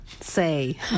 say